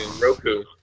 Roku